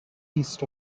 east